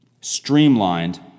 streamlined